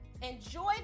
Enjoy